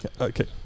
Okay